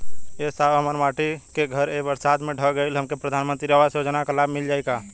ए साहब हमार माटी क घर ए बरसात मे ढह गईल हमके प्रधानमंत्री आवास योजना क लाभ मिल जाई का?